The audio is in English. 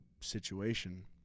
situation